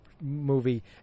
movie